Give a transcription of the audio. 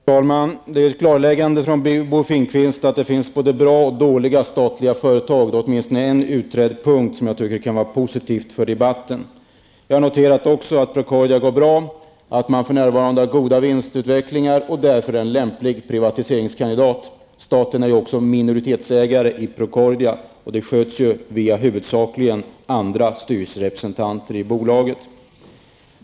Fru talman! Vi fick ett klarläggande från Bo Finnkvist om att det finns både bra och dåliga statliga företag. Då är åtminstone den punkten utredd. Det kan vara positivt för debatten. Jag har också noterat att Procordia går bra och att man för närvarande har goda vinstutvecklingar. Därför är det en lämplig privatiseringskandidat. Staten är ju också minoritetsägare i Procordia. Det sköts huvudsakligen via andra styrelserepresentanter i bolaget.